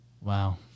Wow